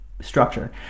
structure